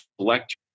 select